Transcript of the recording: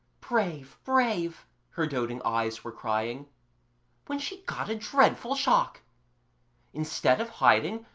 brave, brave her doting eyes were crying when she got a dreadful shock instead of hiding,